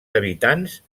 habitants